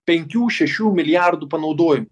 penkių šešių milijardų panaudojimo